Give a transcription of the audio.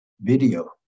video